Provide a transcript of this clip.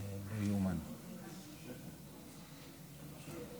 אבקש לפתוח במילות הערכה ויראה למשפחות החטופים שהגיעו בימים